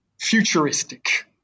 futuristic